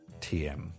TM